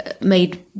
made